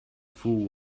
fool